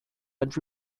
and